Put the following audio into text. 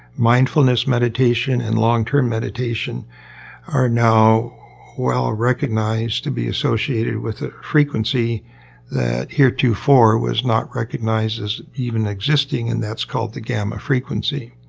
mindfulness meditation and long-term meditation are now well recognized to be associated with a frequency that heretofore was not recognized as even existing and that's called the gamma frequency,